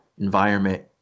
environment